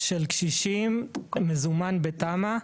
לעניין התחולה של קשישים, מזומן בתמ"א.